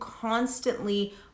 constantly